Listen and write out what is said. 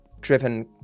driven